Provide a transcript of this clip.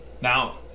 now